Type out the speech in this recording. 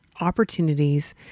opportunities